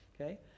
okay